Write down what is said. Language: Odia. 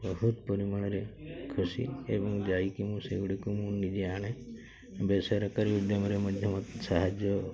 ବହୁତ ପରିମାଣରେ ଖୁସି ଏବଂ ଯାଇକି ମୁଁ ସେଗୁଡ଼ିକୁ ମୁଁ ନିଜେ ଆଣେ ବେସରକାରୀ ଉଦ୍ୟମରେ ମଧ୍ୟ ମୋତେ ସାହାଯ୍ୟ